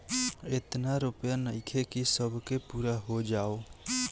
एतना रूपया नइखे कि सब के पूरा हो जाओ